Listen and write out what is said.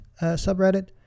subreddit